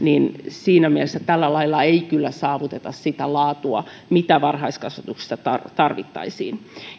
ja siinä mielessä tällä lailla ei kyllä saavuteta sitä laatua mitä varhaiskasvatuksessa tarvittaisiin